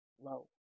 low